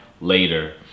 later